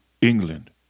England